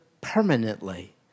permanently